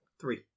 Three